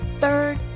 Third